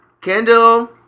Kendall